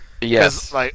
Yes